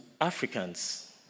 Africans